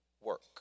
work